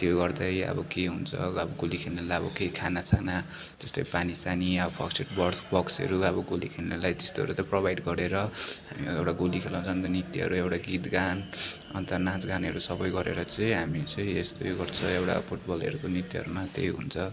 त्यो गर्दै अब के हुन्छ अब गोली खेल्नेलाई अब के खानासाना जस्तै पानीसानी या फर्स्ट एड बक्स बक्सहरू आब गोली खेल्नेलाई त्यस्तोहरू त प्रोभाइड गरेर अनि एउटा गोली खेल्न जाँदा नृत्यहरू एउटा गीत गाएर अन्त नाचगानहरू सबै गरेर चाहिँ हामी चाहिँ यस्तै गर्छ एउटा फुटबलहरूको नृत्यहरूमा त्यही हुन्छ